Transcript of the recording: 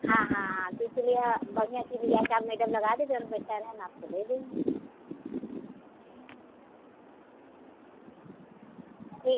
हाँ हाँ हाँ तो इसीलिए बढ़िया चीज़ लाकर मैडम लगा दीजिए जो पैसा होगा हम आपको दे देंगी ठीक